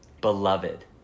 Beloved